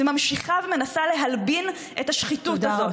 זה שהיא ממשיכה ומנסה להלבין את השחיתות הזאת.